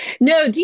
No